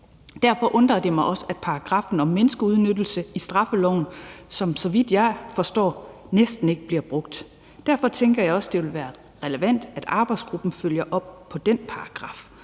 Derfor undrer det mig også, at paragraffen om menneskeudnyttelse i straffeloven næsten ikke, så vidt jeg forstår, bliver brugt. Derfor tænker jeg også, det vil være relevant, at arbejdsgruppen følger op på den paragraf.